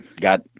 got